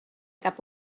cap